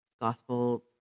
gospel